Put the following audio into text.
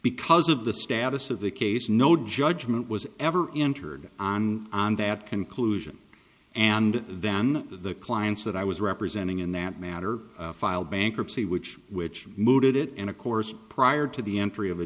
because of the status of the case no judgment was ever entered on on that conclusion and then the clients that i was representing in that matter filed bankruptcy which which mooted it and of course prior to the entry of a